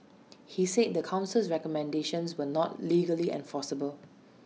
he said the Council's recommendations were not legally enforceable